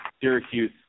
Syracuse